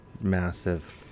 massive